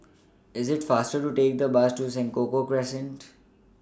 IS IT faster to Take The Bus to Senoko Crescent